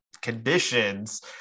conditions